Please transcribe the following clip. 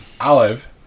Olive